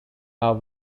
are